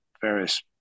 various